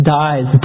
dies